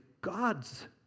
God's